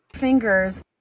fingers